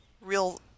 real